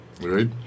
right